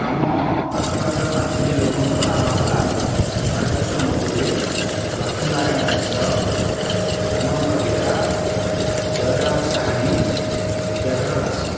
ଆମ ଆଖପାଖର ପାଞ୍ଚଟି ଲୋକଙ୍କର ନାମ ହେଲା ହରେକୃଷ୍ଣ ମୁଦୁଲି ଲକ୍ଷ୍ମୀନାରାୟଣ ମିଶ୍ର ହେମନ୍ତ ବେହେରା ଜୟରାମ ସାହାଣୀ ବିଦ୍ୟାଧର ଦାସ